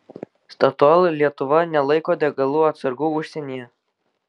statoil lietuva nelaiko degalų atsargų užsienyje